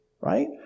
right